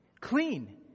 Clean